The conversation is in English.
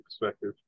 perspective